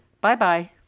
Bye-bye